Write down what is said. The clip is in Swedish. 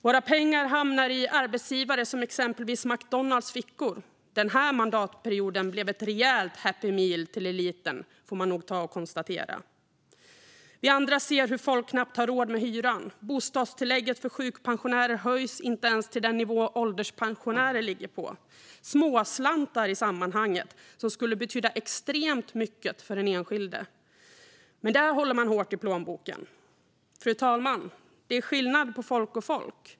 Våra pengar hamnar i fickorna på arbetsgivare som exempelvis McDonalds. Den här mandatperioden blev ett rejält Happy Meal till eliten, får man nog konstatera. Vi andra ser hur folk knappt har råd med hyran. Bostadstillägget för sjukpensionärer höjs inte ens till den nivå ålderspensionärer ligger på - småslantar i sammanhanget, som skulle betyda extremt mycket för den enskilde. Men där håller man hårt i plånboken. Fru talman! Det är skillnad på folk och folk.